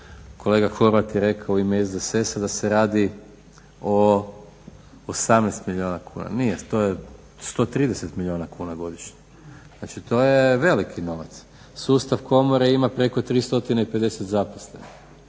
Kolega Horvat je rekao u ime SDSS-a da se radi o 18 milijuna kuna. Nije, to je 130 milijuna kuna godišnje, znači to je veliki novac. Sustav komore ima preko 350 zaposlenih,